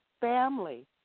family